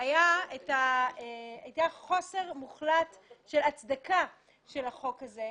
היה חוסר מוחלט של הצדקה של החוק הזה,